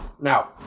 Now